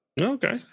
okay